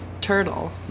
turtle